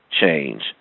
change